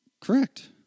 Correct